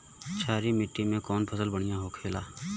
क्षारीय मिट्टी में कौन फसल बढ़ियां हो खेला?